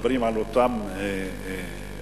מדברים על אותם אנשים,